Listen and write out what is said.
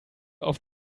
auf